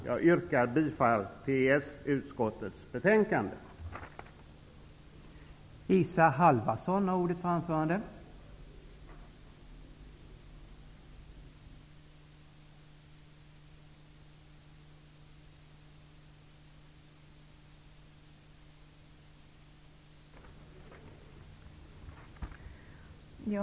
Jag yrkar bifall till hemställan i EES